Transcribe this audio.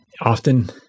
often